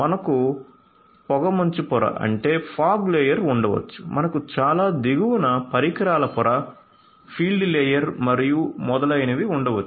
మనకు పొగమంచు పొర ఉండవచ్చు మనకు చాలా దిగువన పరికరాల పొర ఫీల్డ్ లేయర్ మరియు మొదలైనవి ఉండవచ్చు